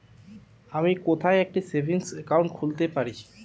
আমি কোথায় একটি সেভিংস অ্যাকাউন্ট খুলতে পারি?